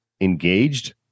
engaged